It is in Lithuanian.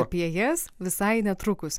apie jas visai netrukus